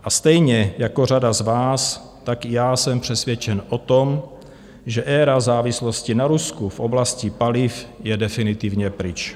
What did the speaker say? A stejně jako řada z vás, tak i já jsem přesvědčen o tom, že éra závislosti na Rusku v oblasti paliv je definitivně pryč.